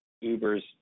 Uber's